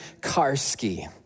Karski